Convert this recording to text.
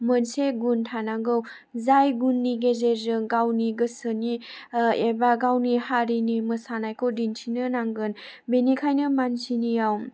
मोनसे गुन थानांगौ जाय गुननि गेजेरजों गावनि गोसोनि एबा गावनि हारिनि मोसानायखौ दिन्थिनो नांगोन बेनिखायनो मानसिनियाव